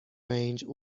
range